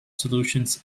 solutions